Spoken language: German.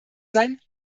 sein